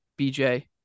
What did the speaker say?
BJ